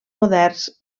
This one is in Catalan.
moderns